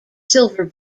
silver